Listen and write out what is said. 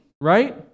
right